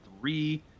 three